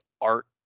Art